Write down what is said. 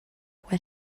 what